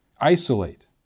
Isolate